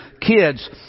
kids